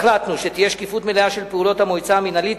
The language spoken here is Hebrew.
החלטנו שתהיה שקיפות מלאה של פעולות המועצה המינהלית,